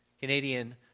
Canadian